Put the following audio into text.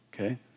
Okay